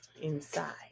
inside